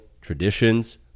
traditions